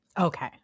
Okay